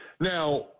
Now